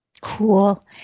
Cool